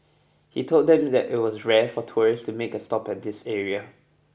he told them that it was rare for tourists to make a stop at this area